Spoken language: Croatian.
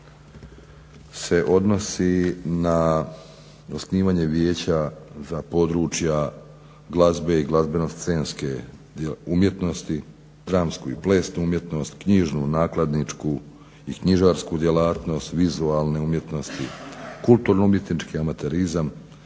se odnosi na osnivanje vijeća za područja glazbe i glazbeno scenske umjetnost, dramsku i plesnu umjetnost, knjižnu, nakladničku i knjižarsku djelatnost, vizualne umjetnosti, kulturno umjetnički amaterizam,